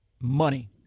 money